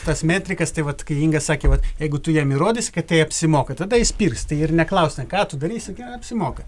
tas metrikas tai vat kai inga sakė vat jeigu tu jam įrodysi kad tai apsimoka tada jis pirks tai ir neklausia ką tu darysi apsimoka